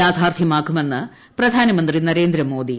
യാഥാർത്ഥ്യമാക്കുമെന്ന് പ്രിധ്യാനമന്ത്രി Narendra Modi